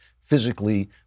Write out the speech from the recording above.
physically